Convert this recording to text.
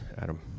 Adam